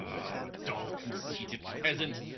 ah dull conceited peasant,